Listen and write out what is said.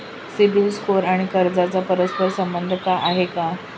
CIBIL score आणि कर्जाचा परस्पर संबंध आहे का?